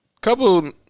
couple